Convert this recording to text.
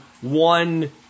one